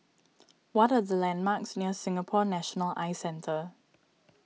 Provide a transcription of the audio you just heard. what are the landmarks near Singapore National Eye Centre